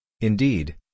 Indeed